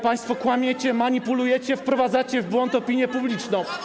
Państwo kłamiecie, manipulujecie, wprowadzacie w błąd opinię publiczną.